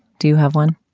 do you have one?